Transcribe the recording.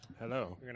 Hello